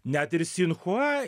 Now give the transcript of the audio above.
net ir sin chua